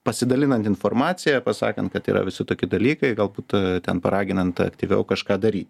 pasidalinant informacija pasakant kad yra visi tokie dalykai galbūt ten paraginant aktyviau kažką daryti